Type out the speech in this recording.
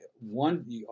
one